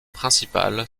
principal